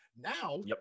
Now